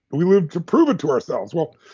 we live to prove it to ourselves. well,